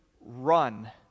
run